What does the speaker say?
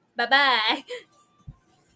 Bye-bye